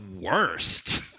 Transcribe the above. worst